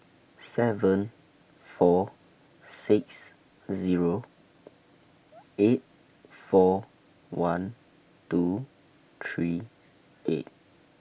seven four six Zero eight four one two three eight